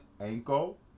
ankle